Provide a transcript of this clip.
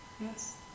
Yes